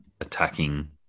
attacking